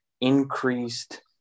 increased